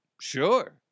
Sure